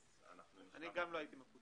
גם אני לא הייתי מכותב.